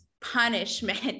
punishment